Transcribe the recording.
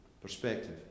perspective